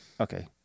Okay